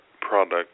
product